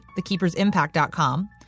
thekeepersimpact.com